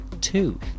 two